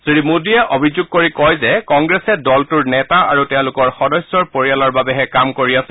শ্ৰী মোদীয়ে অভিযোগ কৰি কয় যে কংগ্ৰেছে দলটোৰ নেতা আৰু তেওঁলোকৰ সদস্যৰ পৰিয়ালৰ বাবেহে কাম কৰি আহিছে